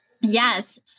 Yes